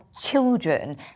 children